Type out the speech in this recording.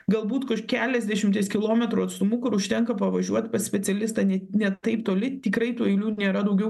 galbūt kur keliasdešimties kilometrų atstumu kur užtenka pavažiuot pas specialistą net ne taip toli tikrai tų eilių nėra daugiau